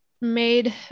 made